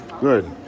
Good